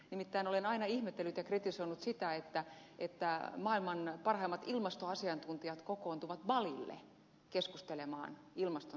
nimittäin olen aina ihmetellyt ja kritisoinut sitä että maailman parhaimmat ilmastoasiantuntijat kokoontuvat balille keskustelemaan ilmaston saastumisesta